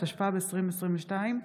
התשפ"ב 2022,